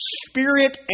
spirit